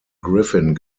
griffin